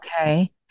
okay